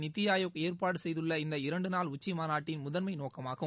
நித்திஆயோக் ஏற்பாடுசெய்துள்ள இந்த இரண்டுநாள் உச்சிமாநாட்டின் முதன்மைநோக்கமாகும்